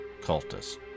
Cultus